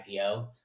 IPO